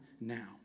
now